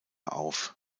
auf